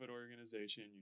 organization